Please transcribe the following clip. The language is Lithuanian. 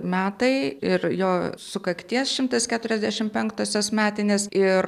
metai ir jo sukakties šimtas keturiasdešimt penktosios metinės ir